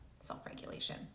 self-regulation